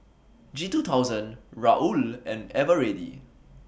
G two thousand Raoul and Eveready